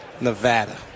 Nevada